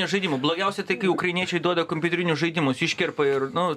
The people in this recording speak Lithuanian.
žaidimų blogiausia tai ukrainiečiai duoda kompiuterinius žaidimus iškerpa ir nu